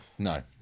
No